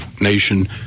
nation